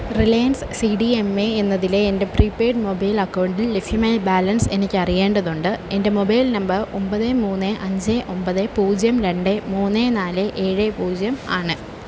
Reliance C D M A എന്നതിലെ എൻ്റെ prepaid mobile അക്കൗണ്ടിൽ ലഭ്യമായ ബാലൻസ് എനിക്ക് അറിയേണ്ടതുണ്ട് എൻ്റെ മൊബൈൽ നമ്പർ ഒൻപത് മൂന്ന് അഞ്ച് ഒൻപത് പൂജ്യം രണ്ട് മൂന്ന് നാല് ഏഴ് പൂജ്യം ആണ്